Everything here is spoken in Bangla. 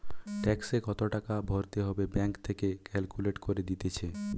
ট্যাক্সে কত টাকা ভরতে হবে ব্যাঙ্ক থেকে ক্যালকুলেট করে দিতেছে